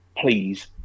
please